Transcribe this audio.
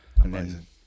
amazing